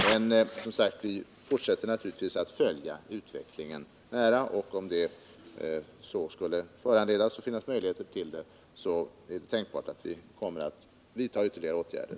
Men, som sagt, vi fortsätter naturligtvis att nära följa utvecklingen, och om så skulle föranledas och det finns möjligheter därtill är det tänkbart att vi kommer att vidta ytterligare åtgärder.